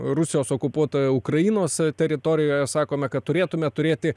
rusijos okupuotoje ukrainos teritorijoje sakome kad turėtume turėti